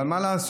אבל מה לעשות?